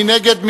מי נגד?